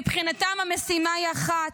מבחינתם המשימה היא אחת: